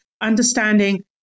Understanding